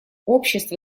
общества